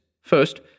First